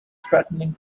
threatening